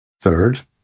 Third